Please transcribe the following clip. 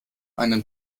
einen